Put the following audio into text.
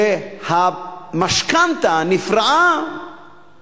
שהמשכנתה נפרעה